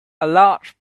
large